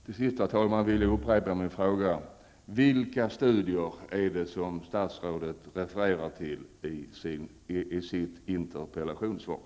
Till sist, herr talman, vill jag upprepa min fråga: Vilka studier är det statsrådet refererar till i sitt interpellationssvar?